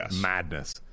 madness